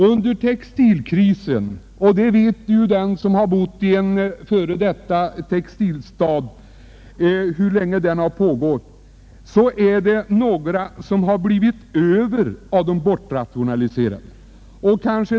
Under textilkrisen — var och en som bott i en f. d. textilstad vet hur länge den har pågått — har en del människor blivit över och rationaliserats bort.